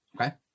okay